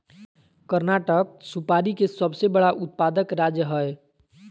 कर्नाटक सुपारी के सबसे बड़ा उत्पादक राज्य हय